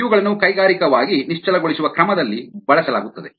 ಇವುಗಳನ್ನು ಕೈಗಾರಿಕಾವಾಗಿ ನಿಶ್ಚಲಗೊಳಿಸುವ ಕ್ರಮದಲ್ಲಿ ಬಳಸಲಾಗುತ್ತದೆ